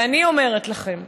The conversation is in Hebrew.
ואני אומרת לכם,